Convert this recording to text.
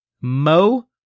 Mo